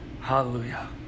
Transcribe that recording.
hallelujah